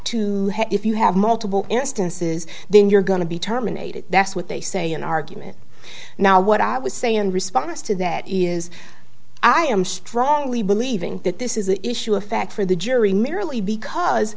to if you have multiple instances then you're going to be terminated that's what they say in argument now what i was saying in response to that is i am strongly believing that this is an issue of fact for the jury merely because